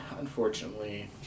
unfortunately